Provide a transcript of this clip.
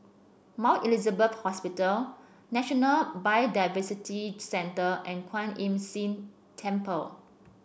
Mount Elizabeth Hospital National Biodiversity Centre and Kwan Imm Seen Temple